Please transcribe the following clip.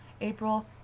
April